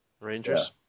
Rangers